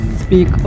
speak